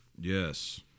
Yes